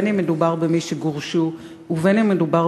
בין אם מדובר במי שגורשו ובין אם מדובר